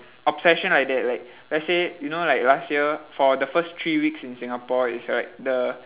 obsession like that like let's say you know like last year for the first three weeks in Singapore it's like the